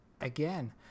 again